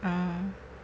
mm